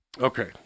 Okay